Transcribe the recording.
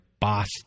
boss